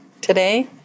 today